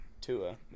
Tua